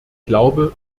glaube